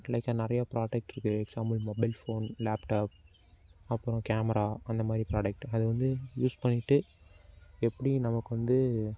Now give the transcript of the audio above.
like நிறையா product இருக்குது example mobile phone laptop அப்புறம் கேமரா அந்தமாதிரி ப்ராடெக்ட் அது வந்து யூஸ் பண்ணிவிட்டு எப்படி நமக்கு வந்து